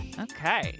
Okay